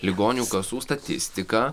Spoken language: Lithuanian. ligonių kasų statistiką